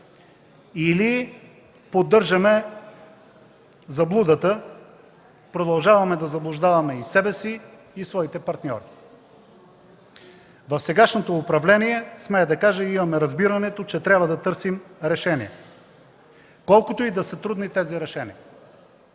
или поддържаме заблудата – продължаваме да заблуждаваме и себе си, и своите партньори. Сегашното управление, смея да кажа, имаме разбирането, че трябва да търсим решения, колкото и да са трудни те. А дали